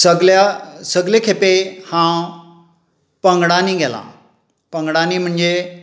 सगल्या सगले खेपे हांव पंगडांनी गेलां पंगडांनी म्हणजे